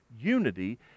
unity